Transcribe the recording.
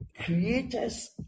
creators